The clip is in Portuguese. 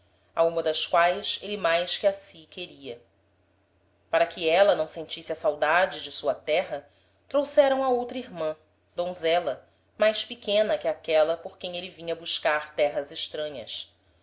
a uma das quaes êle mais que a si queria para que éla não sentisse a saudade de sua terra trouxeram a outra irman donzela mais pequena que aquela por quem êle vinha buscar terras estranhas